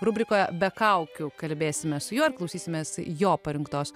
rubrikoje be kaukių kalbėsime su juo ir klausysimės jo parinktos